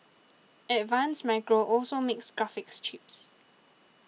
advanced Micro also makes graphics chips